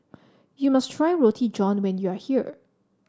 you must try Roti John when you are here